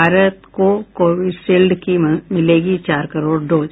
भारत को कोविशील्ड की मिलेगी चार करोड़ डोज